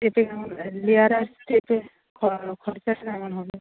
এতে লেয়ার এতে খরচা কিরম হবে